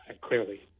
Clearly